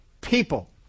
people